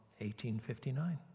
1859